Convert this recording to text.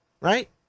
right